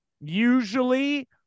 Usually